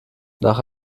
nach